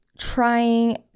Trying